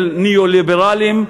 של ניאו-ליברלים,